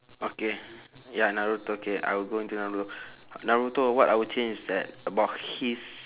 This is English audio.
okay ya naruto K I will go into naruto naruto what I will change is that about his